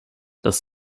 das